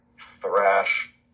thrash